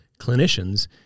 clinicians